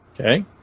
Okay